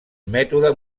mètode